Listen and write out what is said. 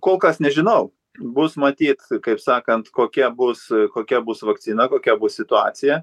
kol kas nežinau bus matyt kaip sakant kokia bus kokia bus vakcina kokia bus situacija